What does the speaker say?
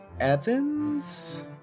Evans